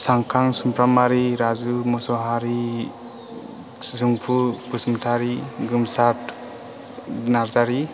सांख्रां सुमफ्रामारि राजु मसाहारि जोंफु बसुमथारि गोमसाथ नारजारि